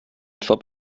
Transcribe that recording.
job